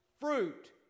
fruit